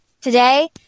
Today